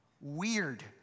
Weird